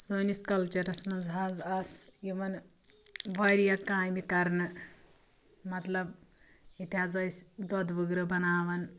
سٲنِس کلچرس منٛز حظ آسہٕ یِوان واریاہ کامہِ کرٕنہٕ مطلب ییٚتہِ حظ ٲسۍ دۄدٕ وٕگرٕ بناوان